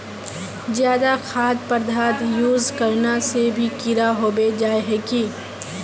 ज्यादा खाद पदार्थ यूज करना से भी कीड़ा होबे जाए है की?